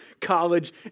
college